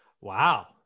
Wow